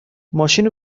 ماشینو